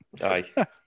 Aye